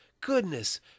goodness